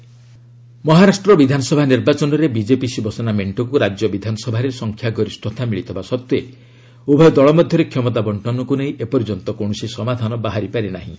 ମହା power sharing Maharashtra ବିଧାନସଭା ନିର୍ବାଚନରେ ବିକେପି ଶିବସେନା ମେଣ୍ଟକୁ ରାଜ୍ୟ ବିଧାନସଭାରେ ସଂଖ୍ୟାଗରିଷତା ମିଳିଥିବା ସତ୍ତ୍ୱେ ଉଭୟ ଦଳ ମଧ୍ୟରେ କ୍ଷମତା ବର୍ଷନକୁ ନେଇ ଏପର୍ଯ୍ୟନ୍ତ କୌଣସି ସମାଧାନ ବାହାରିପାରି ନାହିଁ